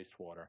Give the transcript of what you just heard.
wastewater